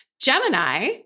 Gemini